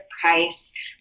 price